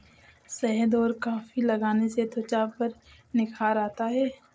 शहद और कॉफी लगाने से त्वचा पर निखार आता है